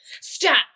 stop